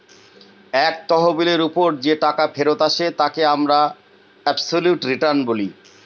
এক তহবিলের ওপর যে টাকা ফেরত আসে তাকে আমরা অবসোলুট রিটার্ন বলি